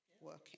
working